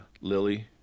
Lily